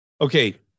Okay